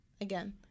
again